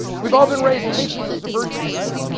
we've all been raised, patience is the virtue, right?